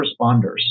responders